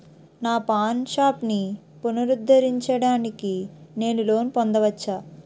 నా పాన్ షాప్ని పునరుద్ధరించడానికి నేను లోన్ పొందవచ్చా?